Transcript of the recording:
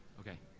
okay.